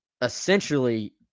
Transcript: essentially